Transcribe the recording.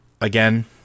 again